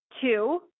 Two